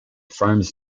farms